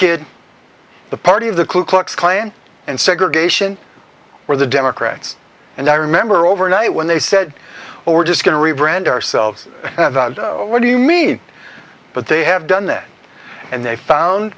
kid the party of the ku klux klan and segregation were the democrats and i remember overnight when they said we're just going to rebrand ourselves what do you mean but they have done it and they found